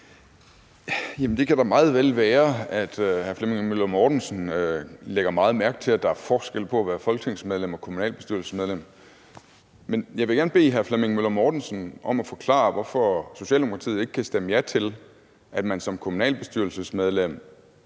det kan da meget vel være, at hr. Flemming Møller Mortensen lægger meget mærke til, at der er forskel på at være folketingsmedlem og kommunalbestyrelsesmedlem. Men jeg vil gerne bede hr. Flemming Møller Mortensen om at forklare, hvorfor Socialdemokratiet ikke kan stemme ja til, at man som kommunalbestyrelsesmedlem